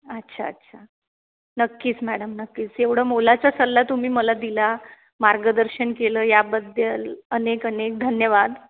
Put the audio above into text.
अच्छा अच्छा नक्कीच मॅडम नक्कीच येवढ मोलाच सल्ला तुम्ही मला दिला मार्गदर्शन केल या बद्दल अनेक अनेक धन्यवाद